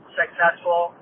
successful